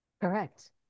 Correct